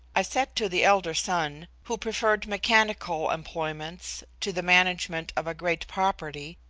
i said to the elder son, who preferred mechanical employments to the management of a great property,